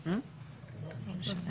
מירי,